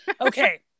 okay